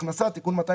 העבודה.